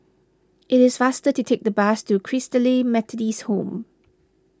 it is faster to take the bus to Christalite Methodist Home